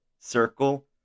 circle